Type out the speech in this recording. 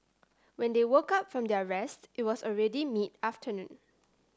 when they woke up from their rest it was already mid afternoon